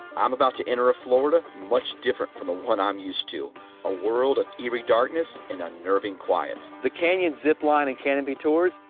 i'm about to enter a florida much different from the one i'm used to a world of eerie darkness and unnerving quiet the canyon zipline and canopy tours.